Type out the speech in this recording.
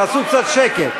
תעשו קצת שקט.